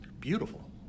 Beautiful